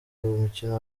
umukino